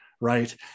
right